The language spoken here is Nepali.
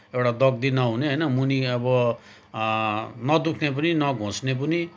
एउटा दग्दी नहुने होइन मुनि अब नदुख्ने पनि नघोच्ने पनि